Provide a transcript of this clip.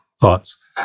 Thoughts